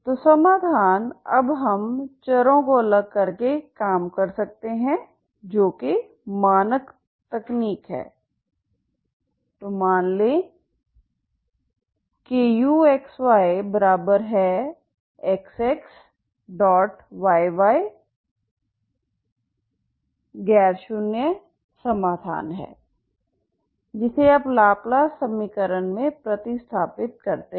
तो समाधान अब हम चरों को अलग करके काम कर सकते हैं जो कि मानक तकनीक है तो मान लें कि uxyXxY≠0 समाधान है जिसे आप लाप्लास समीकरण में प्रतिस्थापित करते हैं